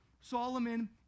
Solomon